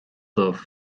dubh